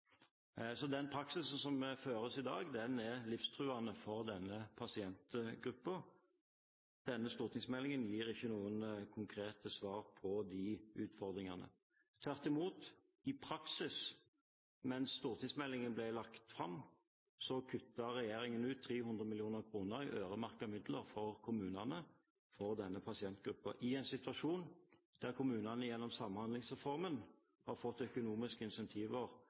Så den praksisen som føres i dag, er livstruende for denne pasientgruppen. Denne stortingsmeldingen gir ikke noen konkrete svar på de utfordringene, tvert imot. I praksis kuttet regjeringen mens stortingsmeldingen ble lagt fram, 300 mill. kr i øremerkede midler til kommunene for denne pasientgruppen, i en situasjon der kommunene gjennom Samhandlingsreformen har fått økonomiske